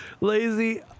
Lazy